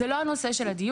זה לא הנושא של הדיון,